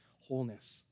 wholeness